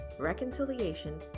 reconciliation